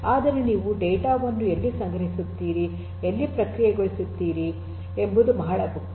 ಆದರೆ ನೀವು ಡೇಟಾ ವನ್ನು ಎಲ್ಲಿ ಸಂಗ್ರಹಿಸುತ್ತೀರಿ ಎಲ್ಲಿ ಪ್ರಕ್ರಿಯೆಗೊಳಿಸುತ್ತೀರಿ ಎಂಬುದು ಬಹಳ ಮುಖ್ಯ